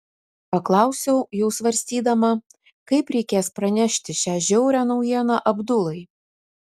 paklausiau jau svarstydama kaip reikės pranešti šią žiaurią naujieną abdulai